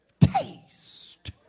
Taste